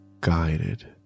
Guided